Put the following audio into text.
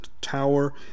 tower